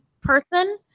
person